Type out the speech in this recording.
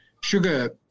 sugar